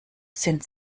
sind